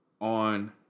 On